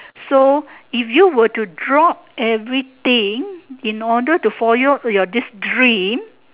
so if you would to drop everything in order to follow your this dream